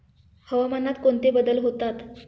हवामानात कोणते बदल होतात?